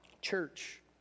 church